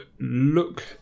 look